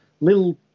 little